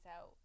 out